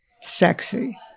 sexy